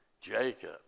Jacob